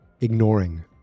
ignoring